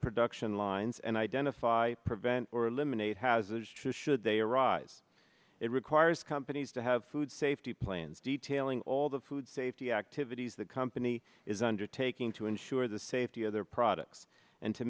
production lines and identify prevent or eliminate hazards should they arise it requires companies to have food safety plans detailing all the food safety activities the company is undertaking to ensure the safety of their products and to